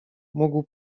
mógł